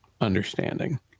understanding